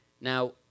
Now